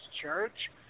Church